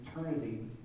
eternity